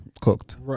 Cooked